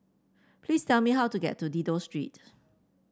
please tell me how to get to Dido Street